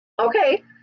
Okay